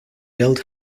build